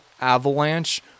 avalanche